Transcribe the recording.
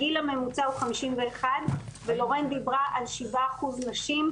הגיל הממוצע הוא 51. ולורן דיברה על 7% נשים,